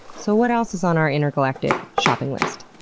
so what else is on our intergalactic shopping list?